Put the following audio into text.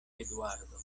eduardo